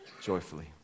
joyfully